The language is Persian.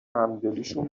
همدلیشون